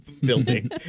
building